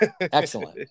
Excellent